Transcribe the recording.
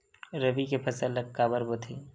रबी के फसल ला काबर बोथे?